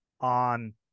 on